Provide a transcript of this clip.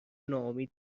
ناامید